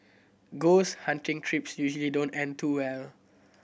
ghost hunting trips usually don't end too well